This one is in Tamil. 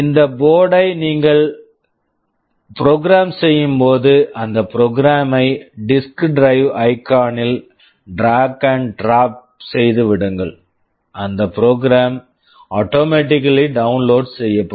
இந்த போர்ட்டு board யை நீங்கள் ப்ரோக்ராம் program செய்யும்போது அந்த ப்ரோக்ராம் program ஐ disk drive icon disk drive icon ல் drag and drop drag and drop செய்து விடுங்கள் அந்த program program automatically automatically download download செய்யப்படும்